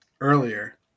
earlier –